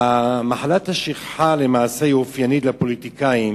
מחלת השכחה למעשה אופיינית לפוליטיקאים,